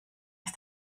ist